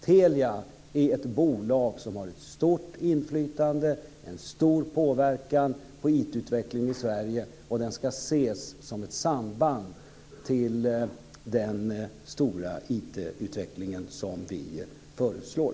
Telia är ett bolag som har ett stort inflytande och en stor påverkan på IT utvecklingen i Sverige. Det ska ses i samband med den stora IT-utveckling som vi föreslår.